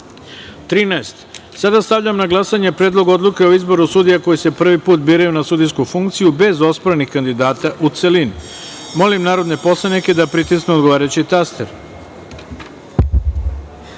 Sada stavljam na glasanje Predlog odluke o izboru sudija koji se prvi put biraju na sudijsku funkciju, bez osporenih kandidata, u celini. Molim narodne poslanike da pritisnu odgovarajući